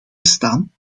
bestaan